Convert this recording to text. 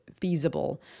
feasible